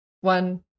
one